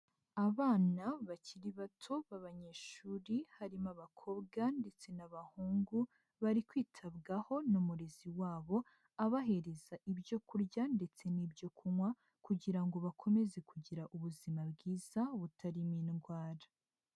Abana bakiri bato b'abanyeshuri, harimo abakobwa ndetse n'abahungu, bari kwitabwaho n'umurezi wabo, abahereza ibyo kurya ndetse n'ibyo kunywa kugira ngo bakomeze kugira ubuzima bwiza butarimo indwara.